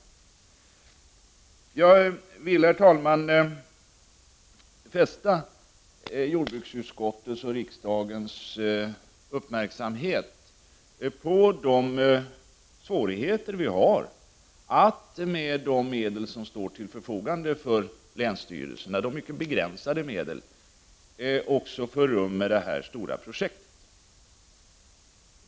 Jag vill, herr talman, fästa jordbruksutskottets och riksdagens uppmärksamhet på de svårigheter vi har att med de mycket begränsade medel som står till förfogande för länsstyrelserna också få rum med det här stora projektet.